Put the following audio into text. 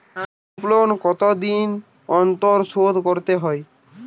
Group loan কতদিন অন্তর শোধকরতে হয়?